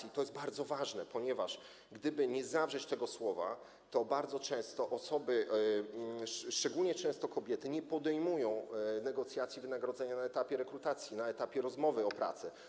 I to jest bardzo ważne, ponieważ w przypadku niezawarcia tego słowa bardzo często osoby, szczególnie często kobiety, nie podejmują negocjacji wynagrodzenia na etapie rekrutacji, na etapie rozmowy o pracę.